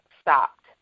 stopped